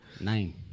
Nine